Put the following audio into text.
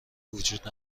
وجود